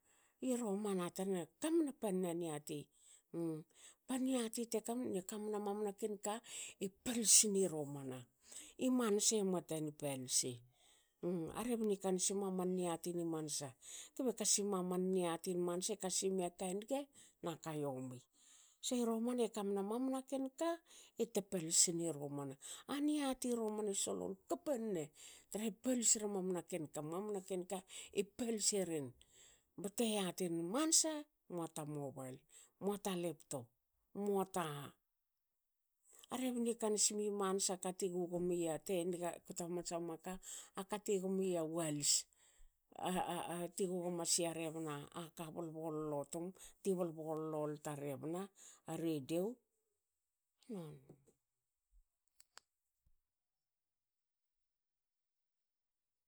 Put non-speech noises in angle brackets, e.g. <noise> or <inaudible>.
I romana tan e kamna panna niati <hesitation> ba niati te <unintelligible> kamna maman a ken ka e tapalsi ni romana. i manse muata ni palsi. <hesitation> a rebni kansima man niati ni mansa kbe ka sima kaniga na ka yomi. so i romane kamna mamna ken ka etapalisna romana. A niati ni roamana e solon kapan ne ne tra rehene palsirina mamani ken ka, mama ken ka e palsi eren bte yatinum mans emua ta mobail, mua ta laptop. muata <hesitation> a rebni kansimi mansa kati gugomia te niga kto hamansa woma ka aka ti gomia walis ti gugomo sia rebna bol bollo tum ti bol bollo lto a rebna a radio